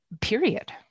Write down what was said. period